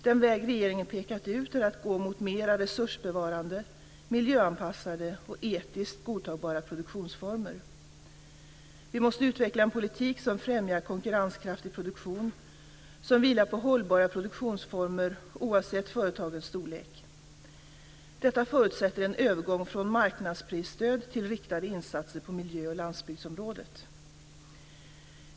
Den väg regeringen pekat ut är att gå mot mer resursbevarande, miljöanpassade och etiskt godtagbara produktionsformer. Vi måste utveckla en politik som främjar konkurrenskraftig produktion som vilar på hållbara produktionsformer, oavsett företagens storlek. Detta förutsätter en övergång från marknadsprisstöd till riktade insatser på miljö och landsbygdsområdet.